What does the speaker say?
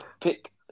Pick